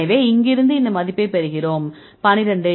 எனவே இங்கிருந்து இந்த மதிப்பைப் பெறுகிறோம் 12